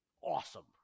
awesome